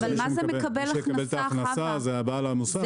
מי שמקבל את ההחלטה זה בעל המוסך.